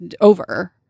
over